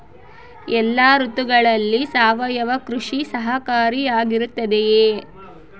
ಎಲ್ಲ ಋತುಗಳಲ್ಲಿ ಸಾವಯವ ಕೃಷಿ ಸಹಕಾರಿಯಾಗಿರುತ್ತದೆಯೇ?